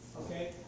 okay